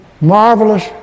Marvelous